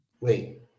wait